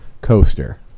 coaster